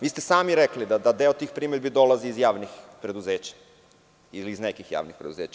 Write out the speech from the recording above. Vi ste sami rekli da deo tih primedbi dolazi iz javnih preduzeća ili iz nekih javnih preduzeća.